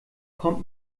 kommt